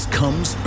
comes